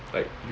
like you